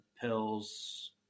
pills